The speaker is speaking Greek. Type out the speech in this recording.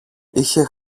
είχε